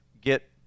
get